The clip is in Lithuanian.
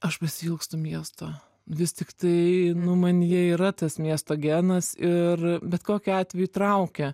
aš pasiilgstu miesto vis tiktai nu manyje yra tas miesto genas ir bet kokiu atveju traukia